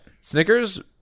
Snickers